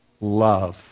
love